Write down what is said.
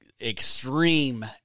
extreme